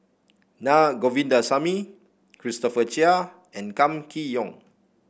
Na Govindasamy Christopher Chia and Kam Kee Yong